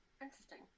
interesting